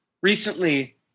recently